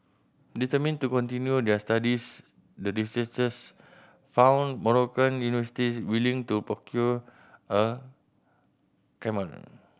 determined to continue their studies the researchers found Moroccan university willing to procure a camel